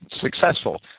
successful